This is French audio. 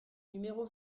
numéro